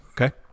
Okay